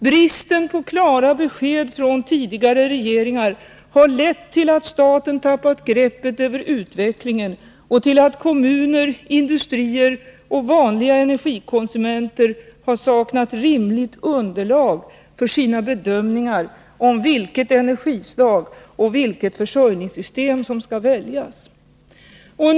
Bristen på klara besked från tidigare regeringar har lett till att staten tappat greppet över utvecklingen och till att kommuner, industrier och vanliga energikonsumenter saknat rimligt underlag för sina bedömningar av vilket energislag och försörjningssystem som skall väljas.